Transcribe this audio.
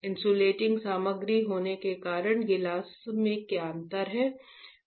insulating सामग्री होने के कारण गिलास में क्या अंतर है